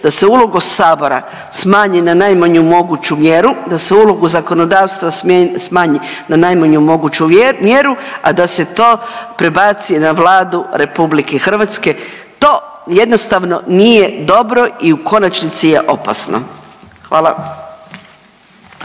da se ulogu Sabora smanji na najmanju moguću mjeru, da se ulogu zakonodavstva smanji na najmanju moguću mjeru, a da se to prebaci na Vladu RH, to jednostavno nije dobro i u konačnici je opasno. Hvala.